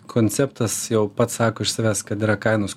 konceptas jau pats sako iš savęs kad yra kainos